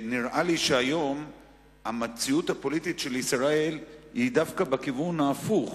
נראה לי שהמציאות הפוליטית של ישראל היום היא דווקא בכיוון ההפוך,